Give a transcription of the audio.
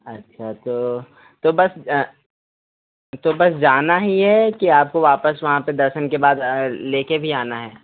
अच्छा तो तो बस तो बस जाना ही है कि आपको वापस वहाँ पर दर्शन के बाद लेकर भी आना है